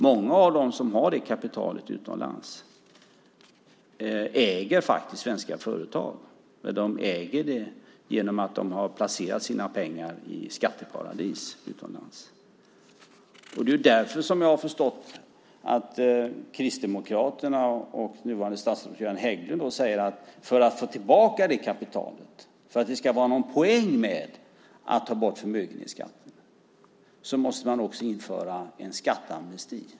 Många av dem som har kapital utomlands äger svenska företag, men de äger dem genom att de har placerat sina pengar i skatteparadis utomlands. Jag har förstått att det är därför som Kristdemokraterna och nuvarande statsrådet Göran Hägglund säger att för att få tillbaka det kapitalet, för att det ska vara någon poäng med att ta bort förmögenhetsskatten, måste man också införa en skatteamnesti.